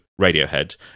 Radiohead